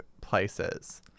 places